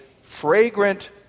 fragrant